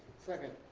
second.